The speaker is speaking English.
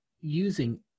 using